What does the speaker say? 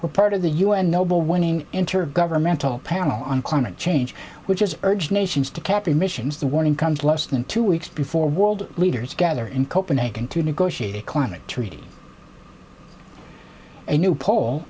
were part of the un nobel winning intergovernmental panel on climate change which is urged nations to cap emissions the warning comes less than two weeks before world leaders gather in copenhagen to negotiate a climate treaty a new p